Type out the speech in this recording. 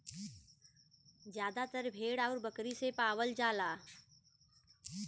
जादातर भेड़ आउर बकरी से पावल जाला